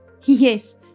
Yes